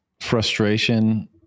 frustration